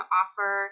offer